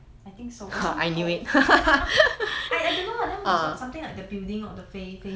I think so or some I I I don't know lah 他们讲说 something like the building on the fa~ facing a